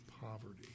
poverty